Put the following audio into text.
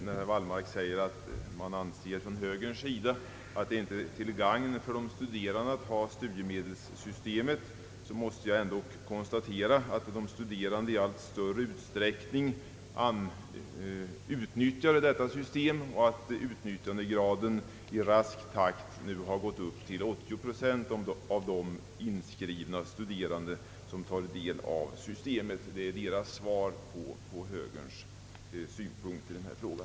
Herr Wallmark säger att högern anser att det inte är till gagn för de studerande att ha studiemedelssystemet, men jag måste konstatera att de studerande i allt större utsträckning utnyttjar detta system och att utnyttjandegraden i rask takt gått upp till 80 procent av de vid läroanstalterna inskrivna som får del av systemet. Det är deras svar på högerns syn på denna fråga.